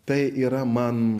tai yra man